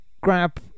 grab